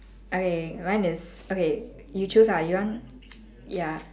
okay mine is okay you choose ah you want ya